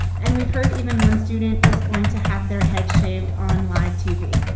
and we've heard even one student is going to have their head shaved on live tv.